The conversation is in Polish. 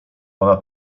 ona